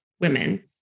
women